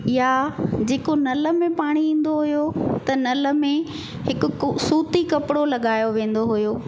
या जेको नल में पाणी ईंदो हुयो त नल में हिकु को सूती कपिड़ो लॻायो वेंदो हुयो